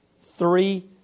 three